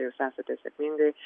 jūs esate sėkmingai